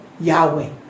Yahweh